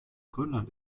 grönland